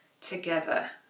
together